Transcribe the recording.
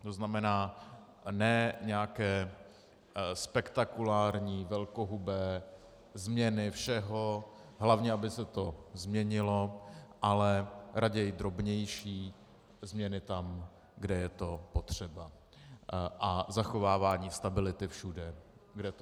To znamená ne nějaké spektakulární velkohubé změny všeho, hlavně aby se to změnilo, ale raději drobnější změny tam, kde je to potřeba, a zachovávání stability všude, kde to jde.